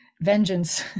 vengeance